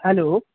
hello